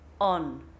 On